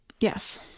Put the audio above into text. Yes